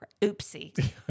Oopsie